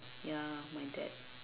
ya my dad